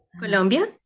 Colombia